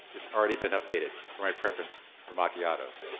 it's already been updated for my preference for macchiatos.